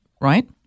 Right